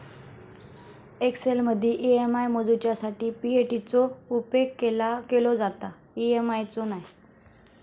एक्सेलमदी ई.एम.आय मोजूच्यासाठी पी.ए.टी चो उपेग केलो जाता, ई.एम.आय चो नाय